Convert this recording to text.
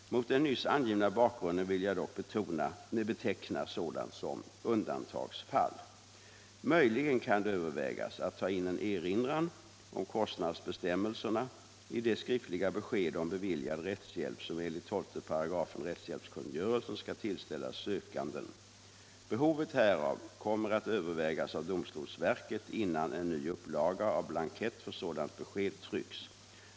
Mot den nyss angivna bakgrunden vill jag dock beteckna sådant som undantagsfall. Möjligen kan det övervägas att ta in en erinran om kostnadsbestämmelserna i det skriftliga besked om beviljad rättshjälp som enligt 12 § rättshjälpskungörelsen skall tillställas sökanden. Behovet härav kommer att övervägas av domstolsverket innan en ny upplaga av blankett för sådant besked trycks.